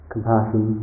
Compassion